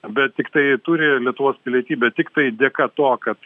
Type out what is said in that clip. bet tiktai turi lietuvos pilietybę tiktai dėka to kad